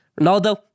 Ronaldo